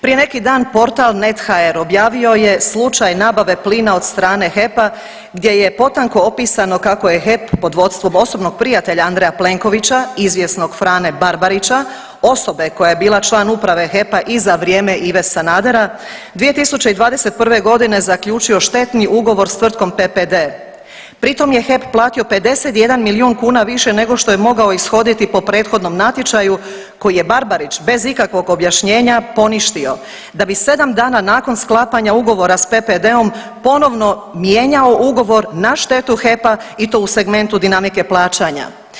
Prije neki dan portal Net.hr objavio je slučaj nabave plina od strane HEP-a gdje je potanko opisano kako je HEP pod vodstvom osobnog prijatelja Andreja Plenkovića izvjesnog Frane Barbarića, osobe koja je bila član Uprave HEP-a i za vrijeme Ive Sanadera 2021.g. zaključio štetni ugovor s tvrtkom PPD, pri tom je HEP platio 51 milijun kuna više nego što je mogao ishoditi po prethodnom natječaju koji je Barbarić bez ikakvog objašnjenja poništio da bi sedam dana nakon sklapanja ugovora s PPD-om ponovno mijenjao ugovor na štetu HEP-a i to u segmentu dinamike plaćanja.